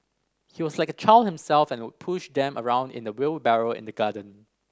he was like a child himself and would push them around in a wheelbarrow in the garden